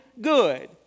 good